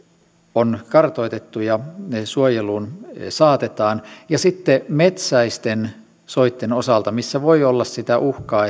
on kartoitettu ja ne suojeluun saatetaan sitten metsäisten soitten osalta missä voi olla sitä uhkaa